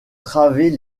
travées